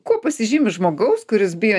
kuo pasižymi žmogaus kuris bijo